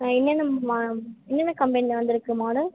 ஆ என்னென்ன மா என்னென்ன கம்பெனியில வந்துயிருக்கு மாடல்